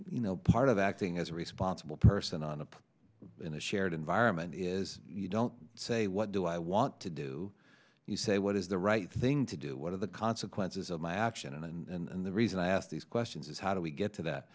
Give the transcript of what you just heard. you know part of acting as a responsible person on a put in a shared environment is you don't say what do i want to do you say what is the right thing to do what are the consequences of my action and the reason i ask these questions is how do we get to that